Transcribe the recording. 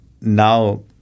now